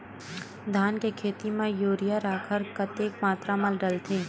धान के खेती म यूरिया राखर कतेक मात्रा म डलथे?